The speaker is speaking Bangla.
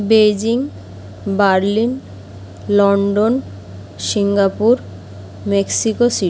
Beijing Berlin London Singapore Mexico city